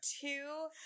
two